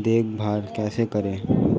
देखभाल कैसे करें?